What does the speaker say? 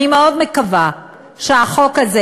אני מאוד מקווה שהחוק הזה,